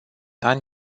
ani